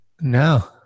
no